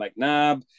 McNabb